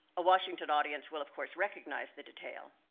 a washington audience will, of course, recognize the detail.